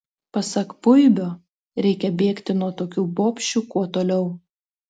pasak puibio reikia bėgti nuo tokių bobšių kuo toliau